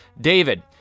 David